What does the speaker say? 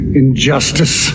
injustice